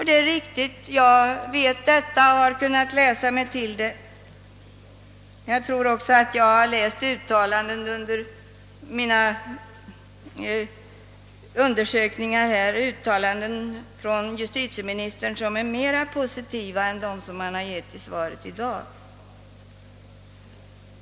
Det är riktigt; jag vet om detta, och jag har kunnat läsa mig till det. Jag har under mina undersökningar i denna fråga också läst uttalanden av justitieministern som är mer positiva än dem som han har gjort i svaret i dag.